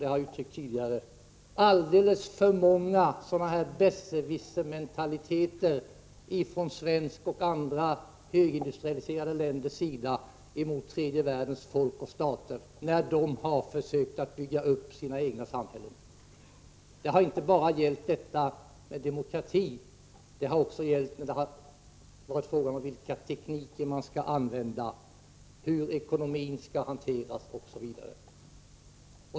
Vi har alldeles för ofta, det har jag uttryckt tidigare, från Sveriges och andra högindustrialiserade länders sida visat upp en besserwissermentalitet mot tredje världens folk och stater när dessa har försökt att bygga upp sina egna samhällen. Det har inte bara gällt detta med demokrati, utan det har också varit fallet i fråga om vilka tekniker som skall användas, hur ekonomin skall hanteras osv.